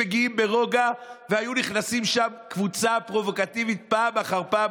ראשון, ראשון ועל אחרון,